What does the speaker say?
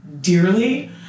dearly